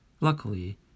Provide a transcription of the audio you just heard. Luckily